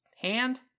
Hand